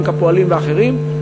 בנק הפועלים ואחרים.